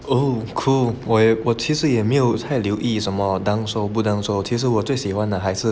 oh cool 我也我其实也没有太留意什么 dunk sole 不 dunk sole 我最喜欢的还是